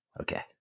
Okay